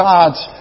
God's